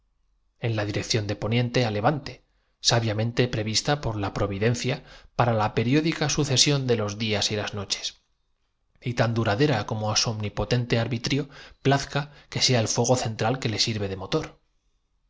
en la bóveda rección de poniente á levante sabiamente prevista por celeste y al orbe suspendido en el espacio por la atrac la providencia para la periódica sucesión de los días y ción solar las noches y tan duradera como á su omnipotente arbi cualquiera sabe desde que galileo demostró el prin trio plazca que sea el fuego central que le sirve de motor